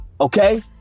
Okay